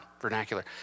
vernacular